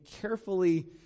carefully